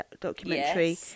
documentary